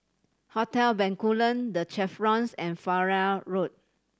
Hotel Bencoolen The Chevrons and Farrer Road